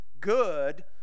good